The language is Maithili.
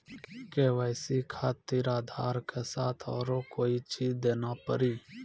के.वाई.सी खातिर आधार के साथ औरों कोई चीज देना पड़ी?